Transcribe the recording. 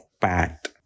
PAT